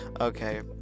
Okay